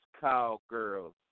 Cowgirls